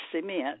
cement